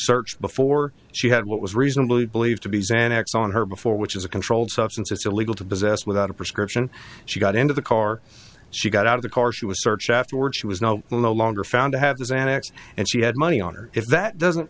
searched before she had what was reasonably believed to be xanax on her before which is a controlled substance it's illegal to possess without a prescription she got into the car she got out of the car she was searched afterwards she was no longer found to have the xanax and she had money on her if that doesn't